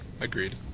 agreed